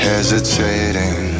Hesitating